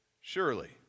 Surely